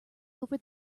over